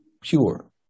pure